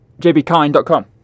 jbkind.com